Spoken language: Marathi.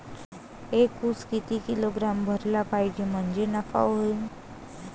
एक उस किती किलोग्रॅम भरला पाहिजे म्हणजे नफा होईन?